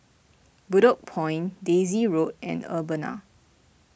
Bedok Point Daisy Road and Urbana